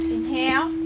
Inhale